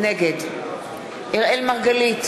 נגד אראל מרגלית,